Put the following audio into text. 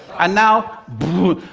and now, brrrrrrrrrr,